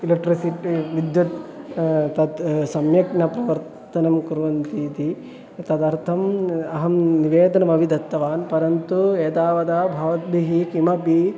electricity विद्युत् तत् सम्यक् न प्रवर्तनं कुर्वन्ति इति तदर्थम् अहं निवेदनमपि दत्तवान् परन्तु एतावदा भवद्भिः किमपि